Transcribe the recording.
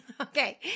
Okay